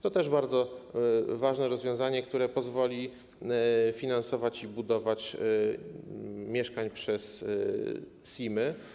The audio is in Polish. To też jest bardzo ważne rozwiązanie, które pozwoli finansować budowę mieszkań przez SIM-y.